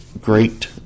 great